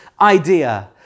idea